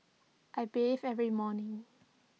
I bathe every morning